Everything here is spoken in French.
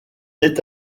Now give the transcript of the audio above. est